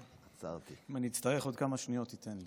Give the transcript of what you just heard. אם אני אצטרך עוד כמה שניות, תיתן לי.